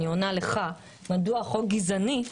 אני עונה לך מדוע החוק גזעני.